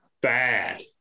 bad